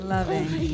Loving